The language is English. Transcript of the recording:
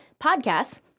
podcasts